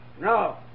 No